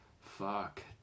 Fuck